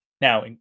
now